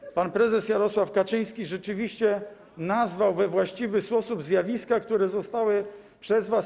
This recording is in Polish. I pan prezes Jarosław Kaczyński rzeczywiście nazwał we właściwy sposób zjawiska, które zostały przez was.